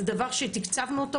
זה דבר שתקצבנו אותו,